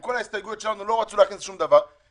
לא רצו להכניס שום דבר מההסתייגויות שלנו.